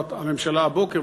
שהממשלה העבירה הבוקר,